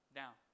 down